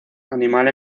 animal